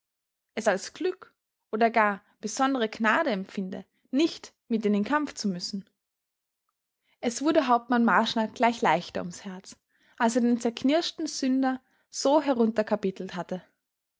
es als glück oder gar besondere gnade empfinde nicht mit in den kampf zu müssen es wurde hauptmann marschner gleich leichter ums herz als er den zerknirschten sünder so herunterkapitelt hatte